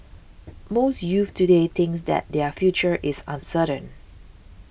most youths today thinks that their future is uncertain